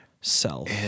self